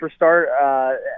superstar